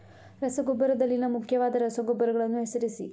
ರಸಗೊಬ್ಬರದಲ್ಲಿನ ಮುಖ್ಯವಾದ ರಸಗೊಬ್ಬರಗಳನ್ನು ಹೆಸರಿಸಿ?